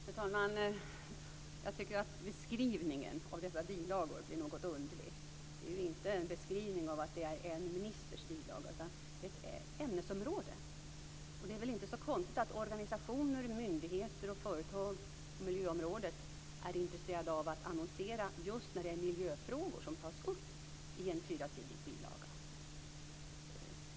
Fru talman! Jag tycker att beskrivningen av dessa bilagor är något underlig. Det är ju inte fråga om en ministers bilaga, utan bilagan gäller ju ett ämnesområde. Det är väl inte så konstigt att organisationer, myndigheter och företag på miljöområdet är intresserade av att annonsera just när det är miljöfrågor som tas upp i en fyrasidig bilaga.